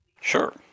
sure